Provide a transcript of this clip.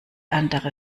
andere